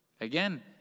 Again